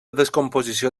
descomposició